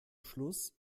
schluss